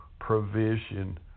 provision